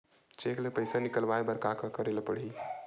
Cheque ले पईसा निकलवाय बर का का करे ल पड़हि?